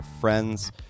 friends